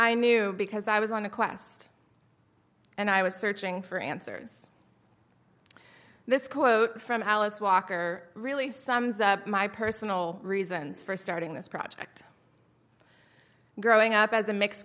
i knew because i was on a quest and i was searching for answers this quote from alice walker really sums up my personal reasons for starting this project growing up as a mixed